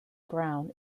brown